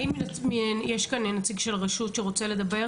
האם יש כאן נציג של רשות שרוצה לדבר?